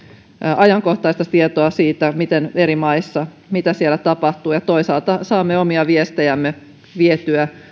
ajankohtaista tietoa siitä mitä eri maissa tapahtuu ja toisaalta saamme omia viestejämme vietyä